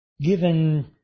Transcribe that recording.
given